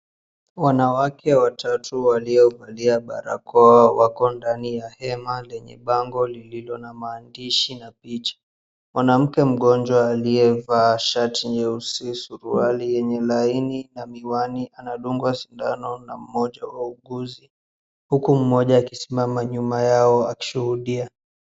Wanawake watatu waliovalia barakoa wako ndani ya hema lenye bango lililona maandishi na picha. Mwanamke mgonjwa aliyevaa shati nyeusi suruali yenye laini na miwani anadungwa sindano na mmoja wa wauguzi, huku mmoja akisimama nyuma yao akishuhudia.